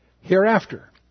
hereafter